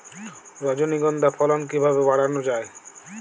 রজনীগন্ধা ফলন কিভাবে বাড়ানো যায়?